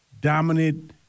dominant